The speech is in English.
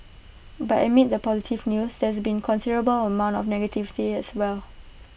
but amid the positive news there's been A considerable amount of negativity as well